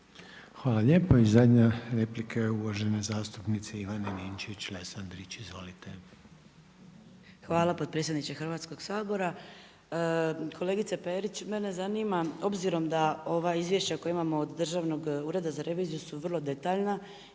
Hvala lijepa. I zadnja replika je uvažena zastupnice Ivane Ninčević-Lesandrić. Izvolite. **Ninčević-Lesandrić, Ivana (MOST)** Hvala potpredsjedniče Hrvatskog sabora. Kolegice Perić, mene zanima obzirom da ova izvješća koja imamo od Državnog ureda za reviziju su vrlo detaljna,